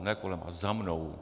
Ne kolem, za mnou.